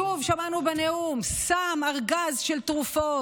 שוב, שמענו בנאום: שם ארגז של תרופות,